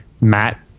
Matt